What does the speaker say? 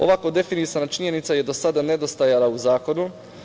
Ovako definisana činjenica je do sada nedostajala u zakonu.